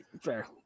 Fair